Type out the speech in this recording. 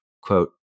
quote